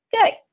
okay